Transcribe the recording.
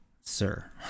sir